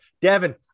Devin